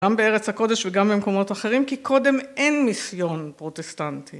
גם בארץ הקודש וגם במקומות אחרים, כי קודם אין מיסיון פרוטסטנטי.